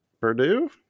Purdue